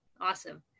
awesome